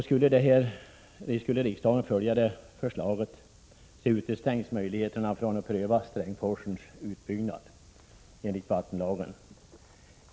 Skulle riksdagen följa det förslaget stängs möjligheten att pröva Strängsforsens utbyggnad enligt vattenlagen.